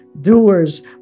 doers